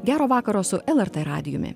gero vakaro su lrt radijumi